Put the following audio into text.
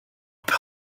peut